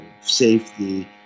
safety